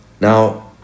Now